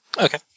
Okay